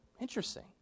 Interesting